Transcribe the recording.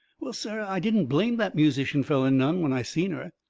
well, sir, i didn't blame that musician feller none when i seen her.